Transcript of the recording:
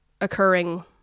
occurring